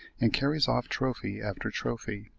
and carries off trophy after trophy.